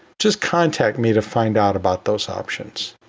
just contact me to find out about those options.